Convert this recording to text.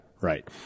Right